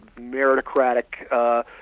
meritocratic